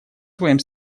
своим